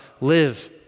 Live